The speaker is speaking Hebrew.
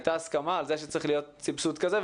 הייתה הסכמה על כך שצריך להיות סבסוד כזה,